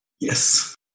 Yes